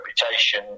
reputation